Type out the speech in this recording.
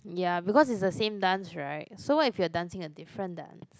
ya because is the same dance right so what if you're dancing a different dance